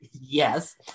yes